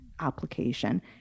application